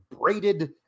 braided